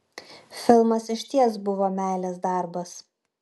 filmas išties buvo meilės darbas